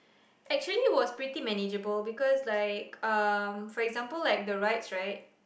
actually it was pretty manageable because like um for example the rides right